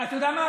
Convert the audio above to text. אתה יודע מה?